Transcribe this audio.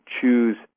choose